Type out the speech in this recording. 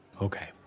Okay